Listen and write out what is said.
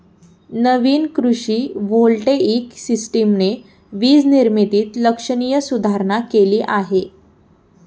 नवीन कृषी व्होल्टेइक सिस्टमने वीज निर्मितीत लक्षणीय सुधारणा केली आहे